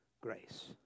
grace